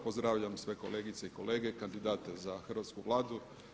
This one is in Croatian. Pozdravljam sve kolegice i kolege kandidate za hrvatsku Vladu.